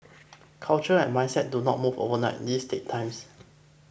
culture and mindset do not move overnight this takes times